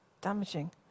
damaging